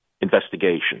investigation